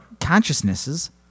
consciousnesses